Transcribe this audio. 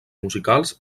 musicals